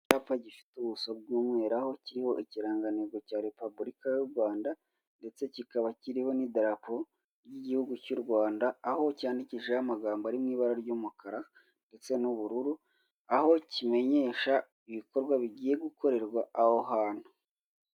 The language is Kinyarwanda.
Utubati twiza dushyashya bari gusiga amarangi ukaba wadukoresha ubikamo ibintu yaba imyenda, ndetse n'imitako.